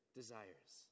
desires